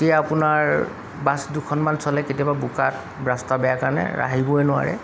তেতিয়া আপোনাৰ বাছ দুখনমান চলে কেতিয়াবা বোকাত ৰাস্তা বেয়া কাৰণে আহিবই নোৱাৰে